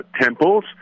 temples